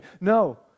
No